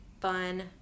fun